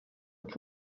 uko